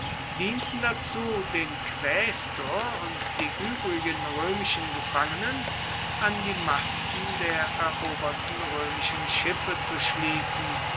dienten dazu den quästor und die übrigen römischen gefangenen an die masten der eroberten römischen schiffe zu schließen